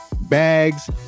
bags